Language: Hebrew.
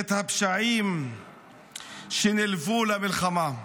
את הפשעים שנלוו למלחמה.